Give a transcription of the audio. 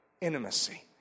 intimacy